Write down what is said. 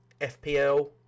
FPL